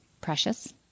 precious